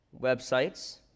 websites